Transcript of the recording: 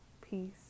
peace